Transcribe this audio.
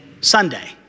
Sunday